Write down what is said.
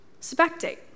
spectate